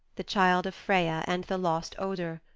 the child of freya and the lost odur,